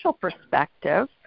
perspective